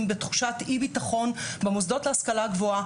בתחושת אי-ביטחון במוסדות להשכלה גבוהה.